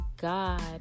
God